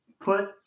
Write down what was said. put